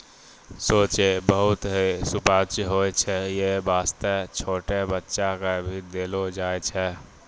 सूजी बहुत हीं सुपाच्य होय छै यै वास्तॅ छोटो बच्चा क भी देलो जाय छै